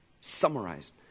Summarized